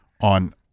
on